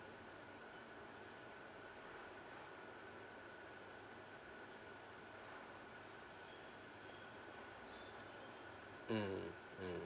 mm mm